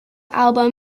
album